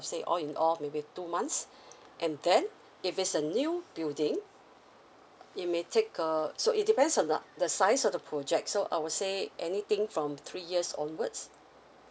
say all in all maybe two months and then if it's a new building it may take uh so it depends on the the size of the project so I would say anything from three years onwards